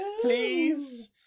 Please